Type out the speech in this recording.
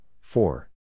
four